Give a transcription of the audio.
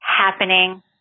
happening